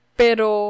pero